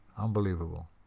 Unbelievable